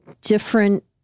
different